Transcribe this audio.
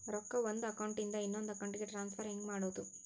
ರೊಕ್ಕ ಒಂದು ಅಕೌಂಟ್ ಇಂದ ಇನ್ನೊಂದು ಅಕೌಂಟಿಗೆ ಟ್ರಾನ್ಸ್ಫರ್ ಹೆಂಗ್ ಮಾಡೋದು?